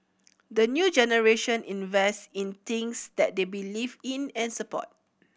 the new generation invest in things that they believe in and support